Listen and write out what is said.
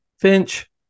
Finch